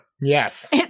Yes